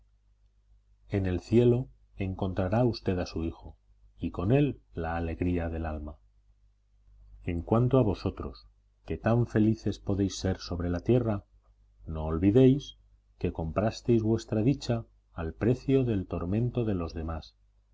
en el cielo encontrará usted a su hijo y con él la alegría del alma en cuanto a vosotros que tan felices podéis ser sobre la tierra no olvidéis que comprasteis vuestra dicha al precio del tormento de los demás